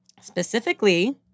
Specifically